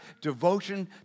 devotion